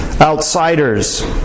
outsiders